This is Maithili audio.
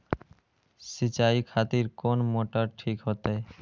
सीचाई खातिर कोन मोटर ठीक होते?